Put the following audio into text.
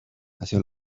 hacia